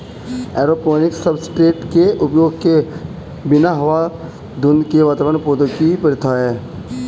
aeroponics substrate के उपयोग के बिना हवा धुंध के वातावरण पौधों की प्रथा है